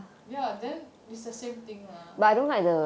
ya then it's the same thing lah